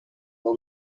will